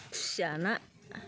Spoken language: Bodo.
खुसिया ना